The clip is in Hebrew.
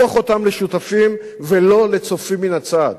הפוך אותם לשותפים, ולא לצופים מן הצד.